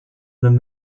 than